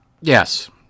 Yes